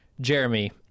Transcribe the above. Jeremy